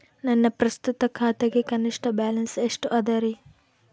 ನನ್ನ ಪ್ರಸ್ತುತ ಖಾತೆಗೆ ಕನಿಷ್ಠ ಬ್ಯಾಲೆನ್ಸ್ ಎಷ್ಟು ಅದರಿ?